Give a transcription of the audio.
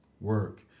work